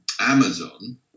Amazon